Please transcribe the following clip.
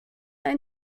ein